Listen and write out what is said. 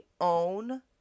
own